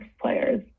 players